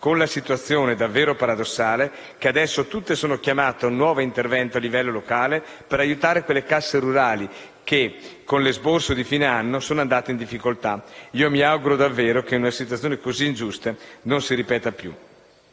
con la situazione, davvero paradossale, che adesso tutte sono chiamate a un nuovo intervento a livello locale per aiutare quelle casse rurali che, con l'esborso di fine anno, sono andate in difficoltà. Mi auguro davvero che una situazione così ingiusta non si ripeta più.